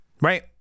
right